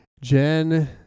Jen